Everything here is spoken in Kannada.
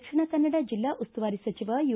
ದಕ್ಷಿಣ ಕನ್ನಡ ಜಿಲ್ಲಾ ಉಸ್ತುವಾರಿ ಸಚಿವ ಯು